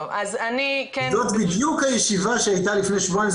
או-קיי אז אני --- זאת בדיוק הישיבה שהייתה לי לפני שבועיים,